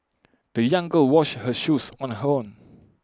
the young girl washed her shoes on her own